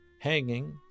hanging